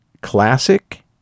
classic